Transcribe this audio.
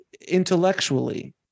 intellectually